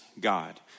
God